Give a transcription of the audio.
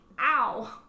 ow